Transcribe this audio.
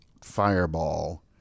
fireball